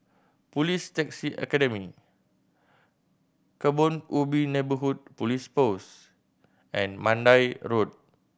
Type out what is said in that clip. Police Taxi Academy Kebun Ubi Neighbourhood Police Post and Mandai Road